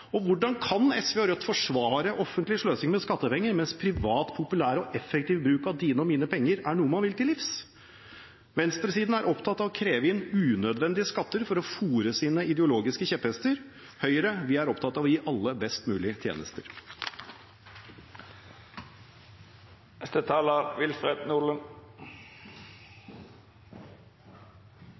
velferdsprofitører. Hvordan kan SV og Rødt forsvare offentlig sløsing med skattepenger, mens privat, populær og effektiv bruk av dine og mine penger er noe man vil til livs? Venstresiden er opptatt av å kreve inn unødvendige skatter for å fôre sine ideologiske kjepphester. Høyre er opptatt av å gi alle best mulige tjenester.